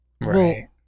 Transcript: right